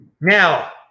Now